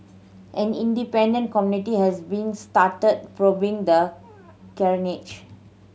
an independent committee has been started probing the